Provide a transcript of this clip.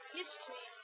history